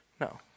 No